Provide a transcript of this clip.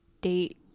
date